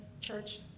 church